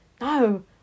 No